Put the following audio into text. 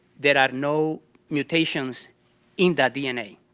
there are no mutations in that dna,